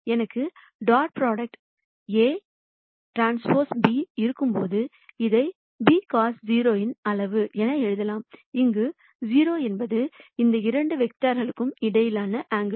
எனக்கு dot product Aᵀ b இருக்கும்போது இதை b cos 0 இன் அளவு என எழுதலாம் இங்கு 0 என்பது இந்த இரண்டு வெக்டர்ஸ் இடையிலான ஆங்கில்